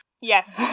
Yes